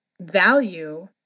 value